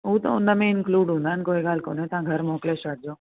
हो त उन में इंक्लूड हूंदा आहिनि कोई ॻाल्हि कोन्हे तव्हां घरु मोकिले छॾिजो